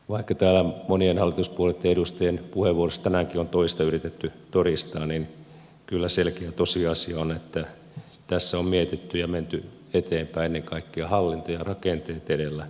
vaikka täällä monien hallituspuolueitten edustajien puheenvuoroissa tänäänkin on toista yritetty todistaa niin kyllä selkeä tosiasia on että tässä on mietitty ja menty eteenpäin ennen kaikkea hallinto ja rakenteet edellä